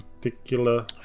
particular